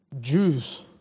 Jews